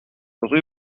rue